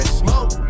smoke